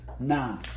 Now